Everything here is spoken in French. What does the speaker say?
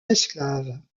esclave